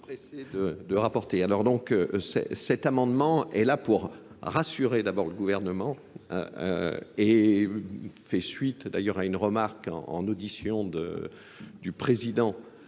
cet amendement est là pour rassurer d'abord le gouvernement et fait suite d'ailleurs à une remarque en audition du président